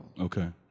okay